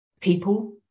people